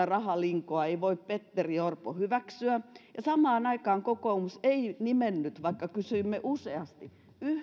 rahalinkoa ei voi petteri orpo hyväksyä ja kun samaan aikaan kokoomus ei nimennyt vaikka kysyimme useasti